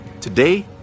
Today